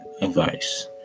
advice